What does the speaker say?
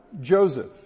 Joseph